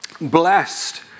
blessed